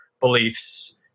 beliefs